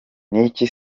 niki